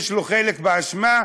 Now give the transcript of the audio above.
יש לו חלק באשמה,